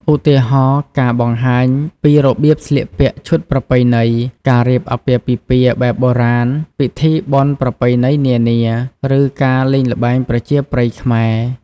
ឧទាហរណ៍ ការបង្ហាញពីរបៀបស្លៀកពាក់ឈុតប្រពៃណី ការរៀបអាពាហ៍ពិពាហ៍បែបបុរាណ ពិធីបុណ្យប្រពៃណីនានា ឬការលេងល្បែងប្រជាប្រិយខ្មែរ។